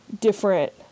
different